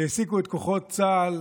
העסיקו את כוחות צה"ל,